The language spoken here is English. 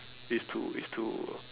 is to is to